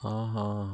ହଁ ହଁ ହଁ